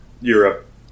Europe